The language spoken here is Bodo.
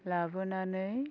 लाबोनानै